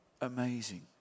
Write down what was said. amazing